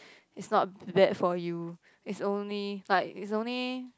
is not bad for you is only like is only